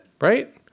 Right